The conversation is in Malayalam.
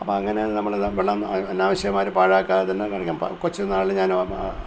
അപ്പം അങ്ങനെ നമ്മൾ ദ വെള്ളം അന അനാവശ്യമായിട്ടു പാഴാക്കാതെ തന്നെ നനക്കാം കൊച്ചുന്നാൾ ഞാൻ